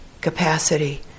capacity